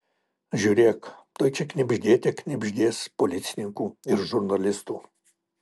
žiūrėk tuoj čia knibždėte knibždės policininkų ir žurnalistų